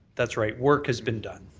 that's right. work has been done.